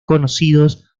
conocidos